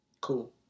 Cool